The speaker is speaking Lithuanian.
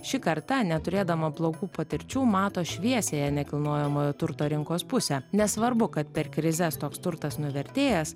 ši karta neturėdama blogų patirčių mato šviesiąją nekilnojamojo turto rinkos pusę nesvarbu kad per krizes toks turtas nuvertėjęs